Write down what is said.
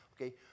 okay